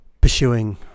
pursuing